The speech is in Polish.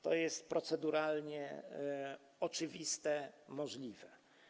To jest proceduralnie oczywiste, możliwe.